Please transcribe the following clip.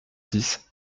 six